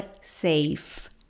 safe